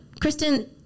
Kristen